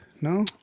No